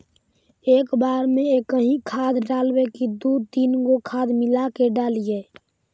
एक बार मे एकही खाद डालबय की दू तीन गो खाद मिला के डालीय?